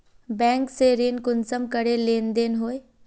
Bank से ऋण कुंसम करे लेन देन होए?